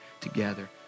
together